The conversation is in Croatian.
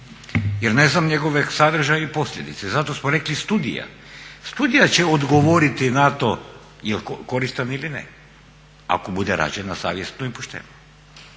jer ne znam njegov sadržaj i posljedice. Zato smo rekli studija, studija će odgovoriti na to jel' koristan ili ne, ako bude rađena savjesno i pošteno.